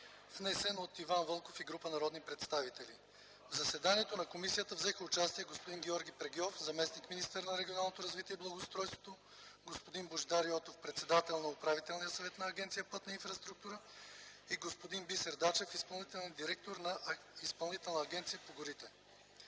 внесен от Иван Вълков и група народни представители. В заседанието на комисията взеха участие господин Георги Прегьов – заместник-министър на регионалното развитие и благоустройството, господин Божидар Йотов – председател на Управителния съвет на Агенция „Пътна инфраструктура”, и господин Бисер Дачев – изпълнителен директор на Изпълнителна агенция по горите.